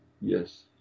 yes